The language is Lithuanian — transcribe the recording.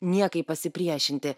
niekaip pasipriešinti